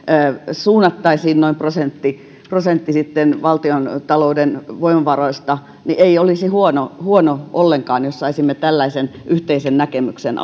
suunnattaisiin noin prosentti prosentti valtiontalouden voimavaroista niin ei olisi huono huono ollenkaan jos saisimme tällaisen yhteisen näkemyksen